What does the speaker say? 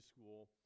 school